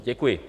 Děkuji.